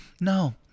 no